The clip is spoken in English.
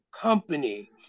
company